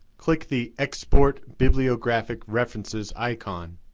click the export bibliographic references icon.